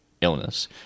illness